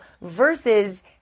versus